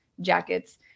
jackets